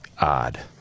Odd